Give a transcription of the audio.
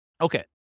Okay